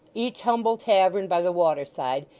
each humble tavern by the water-side,